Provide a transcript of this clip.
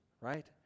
Right